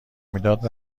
میداد